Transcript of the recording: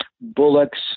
Bullocks